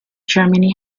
germany